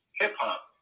hip-hop